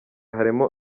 harimo